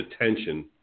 attention